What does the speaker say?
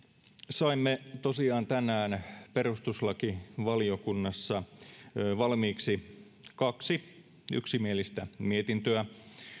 saimme tosiaan tänään perustuslakivaliokunnassa valmiiksi kaksi yksimielistä mietintöä